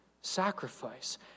sacrifice